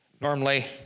normally